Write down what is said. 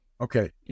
okay